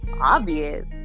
obvious